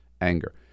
anger